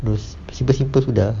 those simple simple sudah